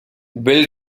bill